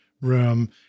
room